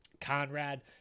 Conrad